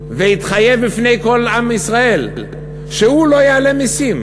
והתחייב בפני כל עם ישראל שהוא לא יעלה מסים.